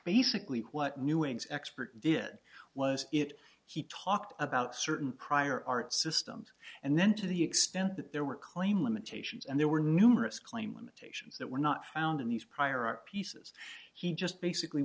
basically what new ings expert did was it he talked about certain prior art systems and then to the extent that there were claim limitations and there were numerous claim limitations that were not found in these prior art pieces he just basically